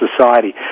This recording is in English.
society